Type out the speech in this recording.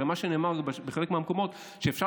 הרי מה שנאמר בחלק מהמקומות הוא שאפשר